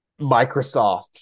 Microsoft